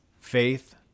faith